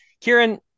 Kieran